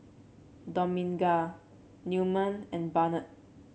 Dominga Newman and Barnett